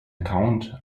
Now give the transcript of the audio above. account